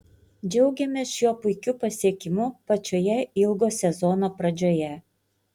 džiaugiamės šiuo puikiu pasiekimu pačioje ilgo sezono pradžioje